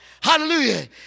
Hallelujah